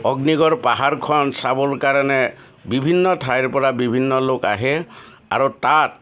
অগ্নিগড় পাহাৰখন চাবৰ কাৰণে বিভিন্ন ঠাইৰ পৰা বিভিন্ন লোক আহে আৰু তাত